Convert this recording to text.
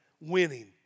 winning